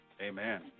Amen